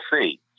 see